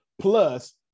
Plus